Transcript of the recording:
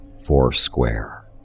Foursquare